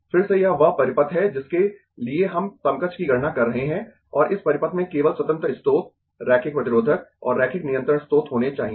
फिर से यह वह परिपथ है जिसके लिए हम समकक्ष की गणना कर रहे है और इस परिपथ में केवल स्वतंत्र स्रोत रैखिक प्रतिरोधक और रैखिक नियंत्रण स्रोत होने चाहिए